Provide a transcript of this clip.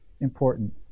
important